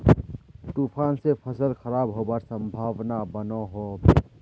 तूफान से फसल खराब होबार संभावना बनो होबे?